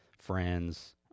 friends